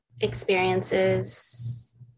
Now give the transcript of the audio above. experiences